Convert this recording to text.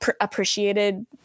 appreciated